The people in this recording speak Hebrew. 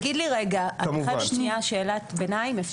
אני חייבת שנייה שאלה קטנה אם אפשר.